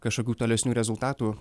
kažkokių tolesnių rezultatų